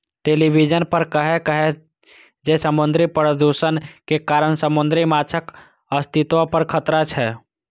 television पर कहै रहै जे समुद्री प्रदूषण के कारण समुद्री माछक अस्तित्व पर खतरा छै